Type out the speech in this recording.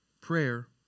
Prayer